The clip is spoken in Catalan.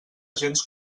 gens